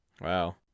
Wow